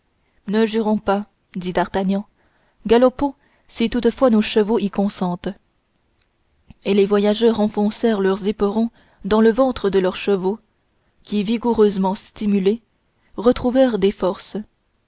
ne jurons pas dit d'artagnan galopons si toutefois nos chevaux y consentent et les voyageurs enfoncèrent leurs éperons dans le ventre de leurs chevaux qui vigoureusement stimulés retrouvèrent des forces